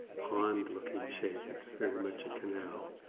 pond looking shape. it's very much a canal.